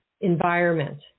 environment